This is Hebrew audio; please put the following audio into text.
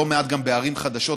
לא מעט גם בערים חדשות,